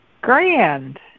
Grand